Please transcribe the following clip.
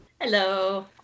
Hello